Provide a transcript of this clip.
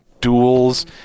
duels